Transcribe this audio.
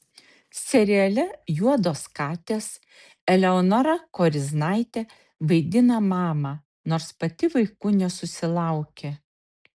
seriale juodos katės eleonora koriznaitė vaidina mamą nors pati vaikų nesusilaukė